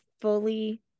fully